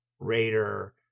raider